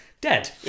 dead